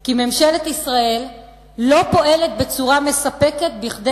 כי ממשלת ישראל לא פועלת בצורה מספקת כדי